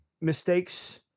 mistakes